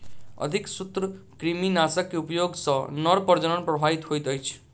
अधिक सूत्रकृमिनाशक के उपयोग सॅ नर प्रजनन प्रभावित होइत अछि